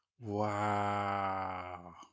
Wow